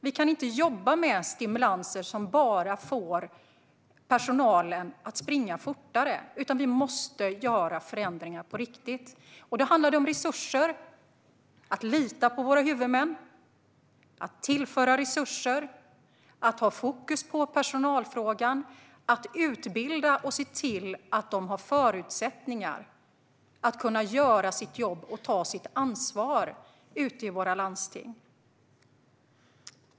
Vi kan inte jobba med stimulanser som bara får personalen att springa fortare, utan vi måste göra förändringar på riktigt. Då handlar det om att tillföra resurser, att lita på våra huvudmän, att ha fokus på personalfrågan, att utbilda och se till att personalen har förutsättningar att göra sitt jobb och ta sitt ansvar ute i våra landsting.